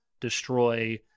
destroy